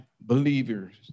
believers